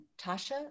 Tasha